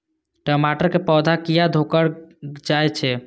टमाटर के पौधा किया घुकर जायछे?